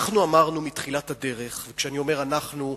אנחנו אמרנו מתחילת הדרך, וכשאני אומר "אנחנו"